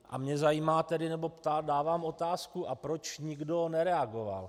A mě zajímá tedy nebo dávám otázku a proč nikdo nereagoval?